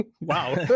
wow